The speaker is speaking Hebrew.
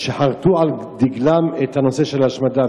שחרתו על דגלם את הנושא של השמדה.